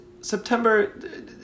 September